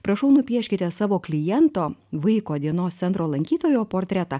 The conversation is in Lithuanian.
prašau nupieškite savo kliento vaiko dienos centro lankytojo portretą